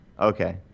Okay